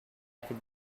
could